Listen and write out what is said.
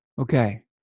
Okay